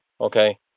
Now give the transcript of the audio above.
okay